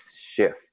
shift